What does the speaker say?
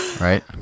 Right